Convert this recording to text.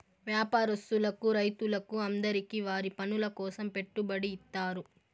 వ్యాపారస్తులకు రైతులకు అందరికీ వారి పనుల కోసం పెట్టుబడి ఇత్తారు